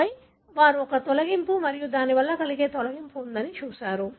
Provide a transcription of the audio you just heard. ఆపై వారు ఒక తొలగింపు మరియు దాని వలన కలిగే తొలగింపు ఉందని చూశారు